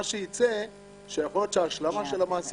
מה שייצא הוא שיכול להיות שההשלמה של המעסיק